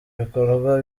bikorwa